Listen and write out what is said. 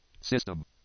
System